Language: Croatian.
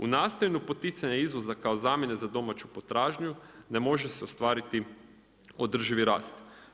U nastojanju poticanja izvoza kao zamjene za domaću potražnju ne može se ostvariti održivi rast.